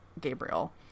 gabriel